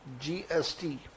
gst